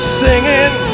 singing